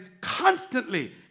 constantly